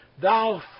Thou